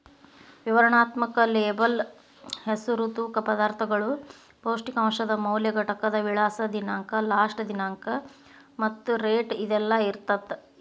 ವಿವರಣಾತ್ಮಕ ಲೇಬಲ್ ಹೆಸರು ತೂಕ ಪದಾರ್ಥಗಳು ಪೌಷ್ಟಿಕಾಂಶದ ಮೌಲ್ಯ ಘಟಕದ ವಿಳಾಸ ದಿನಾಂಕ ಲಾಸ್ಟ ದಿನಾಂಕ ಮತ್ತ ರೇಟ್ ಇದೆಲ್ಲಾ ಇರತ್ತ